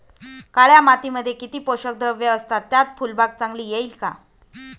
काळ्या मातीमध्ये किती पोषक द्रव्ये असतात, त्यात फुलबाग चांगली येईल का?